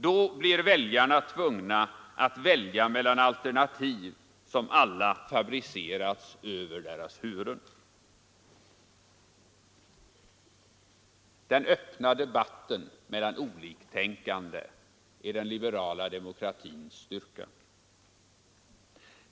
Då blir människorna tvungna att välja mellan alternativ som alla fabricerats över deras huvuden. Den öppna debatten mellan oliktänkande är den liberala demokratins styrka.